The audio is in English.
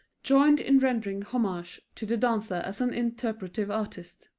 joined in rendering homage to the dancer as an interpretative artist.